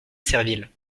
serville